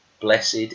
Blessed